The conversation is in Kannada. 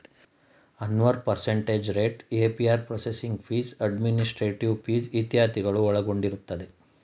Anwar percentage rate, APR processing fees, administrative fees ಇತ್ಯಾದಿಗಳನ್ನು ಒಳಗೊಂಡಿರುತ್ತದೆ